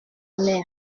mère